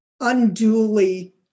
unduly